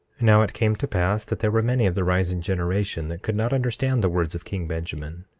now it came to pass that there were many of the rising generation that could not understand the words of king benjamin,